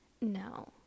no